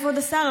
כבוד השר?